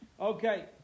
Okay